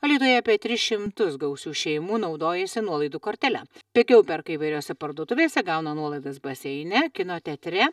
alytuje apie tris šimtus gausių šeimų naudojasi nuolaidų kortele pigiau perka įvairiose parduotuvėse gauna nuolaidas baseine kino teatre